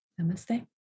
Namaste